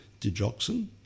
digoxin